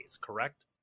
correct